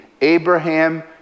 Abraham